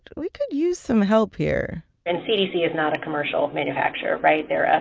we could use some help here and cdc is not a commercial manufacturer, right? they're a.